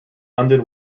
london